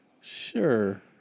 Sure